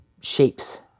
shapes